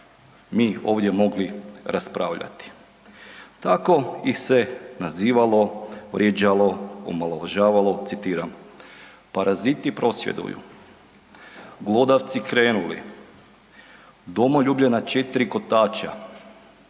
mi ovdje mogli raspravljati. Tako ih se nazivalo, vrijeđalo, omalovažavalo citiram „Paraziti prosvjeduju glodavci krenuli, domoljublje na 4 kotača,